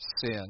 sin